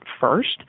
first